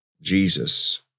Jesus